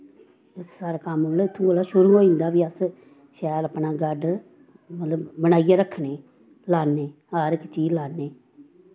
साढ़ै कम्म मतलव इत्थूं मतलव शुरू होई जंदा फ्ही अस शैल आपनी गार्डन मतलव बनाइयै रक्खने लान्ने हर इक चीज़ लान्ने